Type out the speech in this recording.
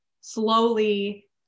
slowly